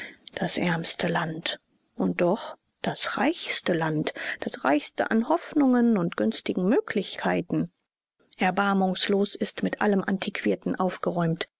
das ärmste land und doch das reichste land das reichste an hoffnungen und günstigen möglichkeiten erbarmungslos ist mit allem antiquierten aufgeräumt